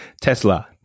Tesla